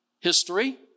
History